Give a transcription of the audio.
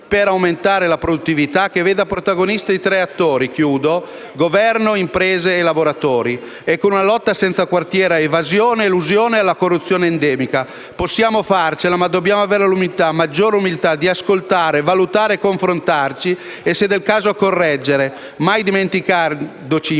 per aumentare la produttività che veda protagonisti i tre attori - Governo, imprese e lavoratori - e con una lotta senza quartiere a evasione, elusione e corruzione endemica. Possiamo farcela, ma dobbiamo avere maggiore umiltà di ascoltare, valutare e confrontarci e, se del caso, correggere, mai dimenticandoci che